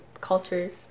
cultures